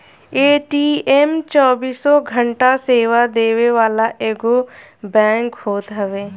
ATM चौबीसों घंटा सेवा देवे वाला एगो बैंक होत हवे